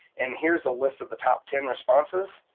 and here's the list of the top ten responses.